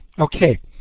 Okay